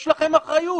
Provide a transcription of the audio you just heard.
יש לכם אחריות.